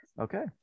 Okay